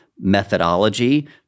methodology